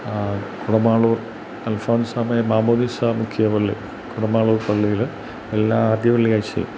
കുടമാളൂർ അൽഫോൻസാമ്മേ മാമോതിസ്സ മുക്കിയ പള്ളി കുടമാളൂർ പള്ളിയിൽ എല്ലാ ആദ്യ വെള്ളിയാഴ്ചയും